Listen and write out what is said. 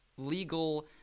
legal